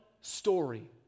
story